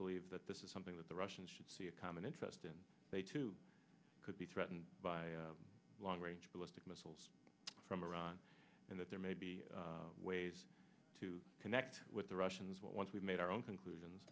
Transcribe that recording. believe that this is something that the russians should see a common interest and they too could be threatened by long range ballistic missiles from iran and that there may be ways to connect with the russians once we've made our own conclusions